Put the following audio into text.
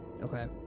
okay